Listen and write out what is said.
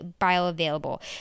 bioavailable